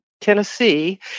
Tennessee